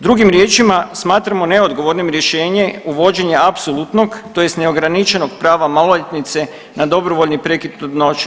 Drugim riječima, smatramo neodgovornim rješenje uvođenja apsolutnog, tj. neograničenog prava maloljetnice na dobrovoljni prekid trudnoće.